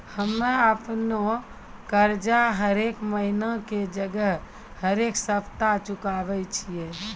हम्मे अपनो कर्जा हरेक महिना के जगह हरेक सप्ताह चुकाबै छियै